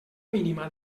mínima